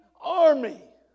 army